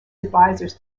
advisers